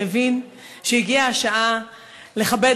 שהבין שהגיעה השעה לכבד,